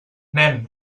nen